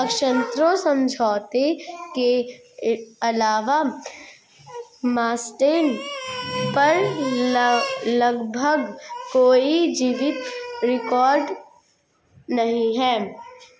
ऋण समझौते के अलावा मास्टेन पर लगभग कोई जीवित रिकॉर्ड नहीं है